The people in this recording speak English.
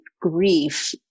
grief